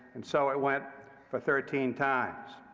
and so it went for thirteen times.